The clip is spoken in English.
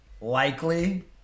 Likely